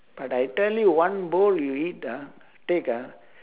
but I tell you one bowl you eat ah take ah